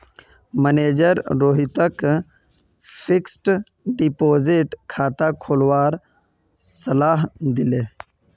manager रोहितक fixed deposit खाता खोलवार सलाह दिले